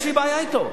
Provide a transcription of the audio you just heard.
יש לי בעיה אתו.